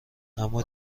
اما